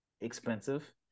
expensive